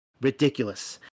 Ridiculous